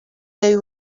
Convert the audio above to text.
they